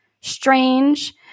strange